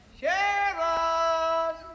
Sharon